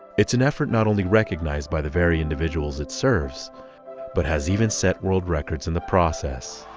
it's an effort not only recognized by the very individuals it serves but has even set world records in the process.